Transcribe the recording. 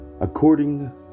According